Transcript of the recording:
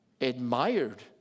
admired